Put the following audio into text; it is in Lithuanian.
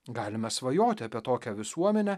galime svajoti apie tokią visuomenę